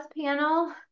panel